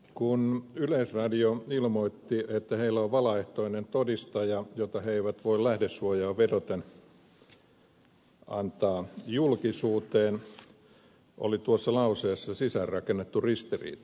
kun yleisradio ilmoitti että heillä on valaehtoinen todistaja jota he eivät voi lähdesuojaan vedoten antaa julkisuuteen oli tuossa lauseessa sisään rakennettu ristiriita